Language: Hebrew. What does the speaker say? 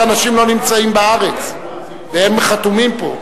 אנשים לא נמצאים בארץ והם חתומים פה.